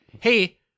hey